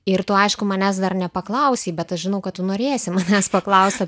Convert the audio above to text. ir to aišku manęs dar nepaklausei bet aš žinau kad tu norėsi manęs paklausti